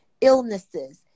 illnesses